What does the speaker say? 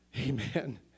Amen